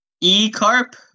E-carp